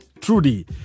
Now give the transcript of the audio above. Trudy